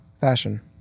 Fashion